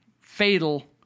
fatal